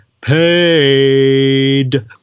paid